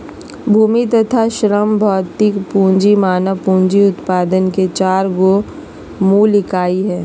भूमि तथा श्रम भौतिक पूँजी मानव पूँजी उत्पादन के चार गो मूल इकाई हइ